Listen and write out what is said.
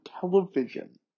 television